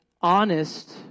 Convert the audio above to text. honest